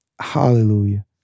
Hallelujah